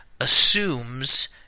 assumes